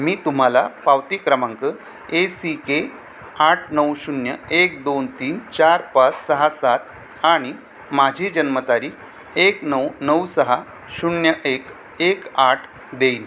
मी तुम्हाला पावती क्रमांक ए सी के आठ नऊ शून्य एक दोन तीन चार पाच सहा सात आणि माझी जन्मतारीख एक नऊ नऊ सहा शून्य एक एक आठ देईन